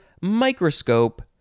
microscope